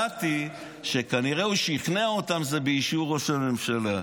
קראתי שהוא כנראה שכנע אותם שזה באישור ראש הממשלה.